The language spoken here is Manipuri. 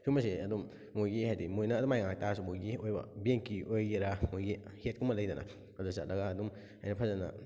ꯁꯤꯒꯨꯝꯕꯁꯨ ꯑꯗꯨꯝ ꯃꯣꯏꯒꯤ ꯍꯥꯏꯗꯤ ꯃꯣꯏꯅ ꯑꯗꯨꯃꯥꯏꯅ ꯍꯥꯏꯔꯛꯇꯥꯔꯁꯨ ꯃꯣꯏꯒꯤ ꯑꯣꯏꯕ ꯕꯦꯡꯀꯤ ꯑꯣꯏꯒꯦꯔꯥ ꯃꯣꯏꯒꯤ ꯍꯦꯗꯀꯨꯝꯕ ꯂꯩꯗꯅ ꯑꯗꯨꯗ ꯆꯠꯂꯒ ꯑꯗꯨꯝ ꯑꯩꯅ ꯐꯖꯅ